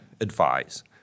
advise